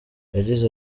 yagize